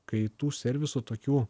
kai tų servisų tokių